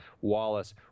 Wallace